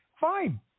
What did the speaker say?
Fine